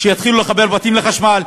שיתחילו לחבר בתים לחשמל,